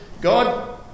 God